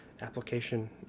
application